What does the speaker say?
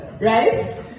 Right